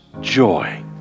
joy